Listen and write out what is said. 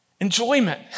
Enjoyment